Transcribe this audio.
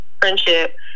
friendship